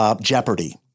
jeopardy